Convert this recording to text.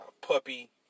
puppy